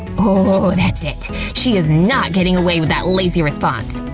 oh, that's it. she is not getting away with that lazy response!